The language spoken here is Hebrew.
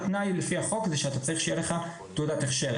התנאי הוא לפי החוק זה שאתה צריך שיהיה לך תעודת הכשר.